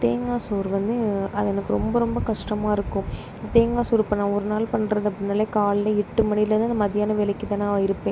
தேங்காய் சோறு வந்து அது எனக்கு ரொம்ப ரொம்ப கஷ்டமாயிருக்கும் தேங்காய் சோறு பண்ணால் ஒரு நாள் பண்ணுறது அப்படின்னாலே காலையில் எட்டு மணிலேருந்து அந்த மத்தியானம் வேலைக்கு தான் நான் இருப்பேன்